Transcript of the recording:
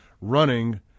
running